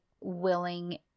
willing